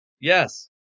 yes